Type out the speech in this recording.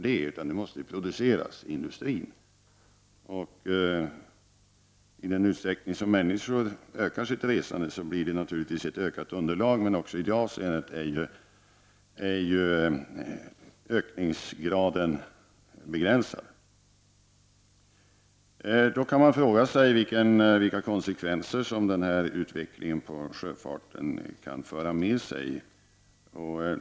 Det måste ju först produceras i industrin. I den utsträckning som människor ökar sitt resande blir det naturligtvis ett ökat resandeunderlag. Men också i det avseendet är ökningsgraden begränsad. Man kan fråga sig vilka konsekvenser den här utvecklingen av sjöfarten kan föra med sig.